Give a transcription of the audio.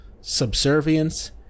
subservience